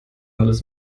alles